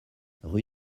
rue